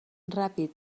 ràpid